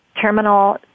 terminal